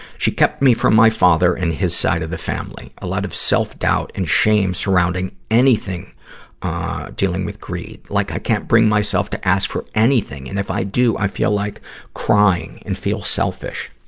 she kept me from my father and his side of the family. a lot of self-doubt and shame surrounding anything dealing with greed. like, i can't bring myself to ask for anything, and if i do, i feel like crying and feel selfish.